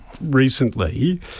recently